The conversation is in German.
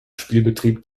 spielbetrieb